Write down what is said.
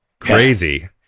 Crazy